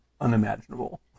unimaginable